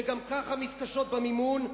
שגם ככה מתקשות במימון,